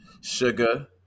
sugar